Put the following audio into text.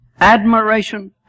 admiration